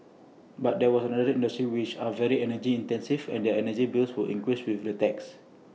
but there were other industries which are very energy intensive and their energy bills would increase with the tax